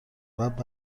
قبل